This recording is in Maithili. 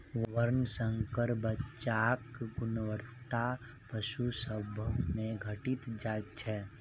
वर्णशंकर बच्चाक गुणवत्ता पशु सभ मे घटि जाइत छै